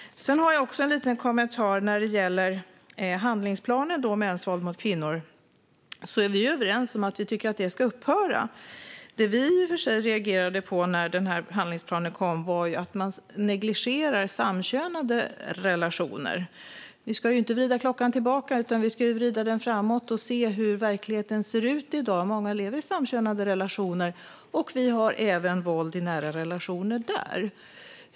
Sedan har jag en liten kommentar när det gäller handlingsplanen rörande mäns våld mot kvinnor. Vi är helt överens om att det ska upphöra. Men det vi reagerade på när handlingsplanen kom var att man negligerar samkönade relationer. Vi ska ju inte vrida klockan tillbaka, utan vi ska vrida den framåt och se hur verkligheten ser ut i dag. Många lever i samkönade relationer, och även där finns det våld i nära relationer.